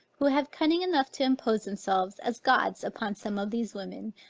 who have cunning enough to impose themselves as gods upon some of these women,